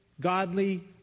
godly